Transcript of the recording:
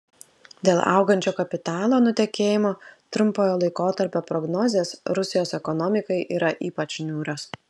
dėl augančio kapitalo nutekėjimo trumpojo laikotarpio prognozės rusijos ekonomikai yra ypač niūrios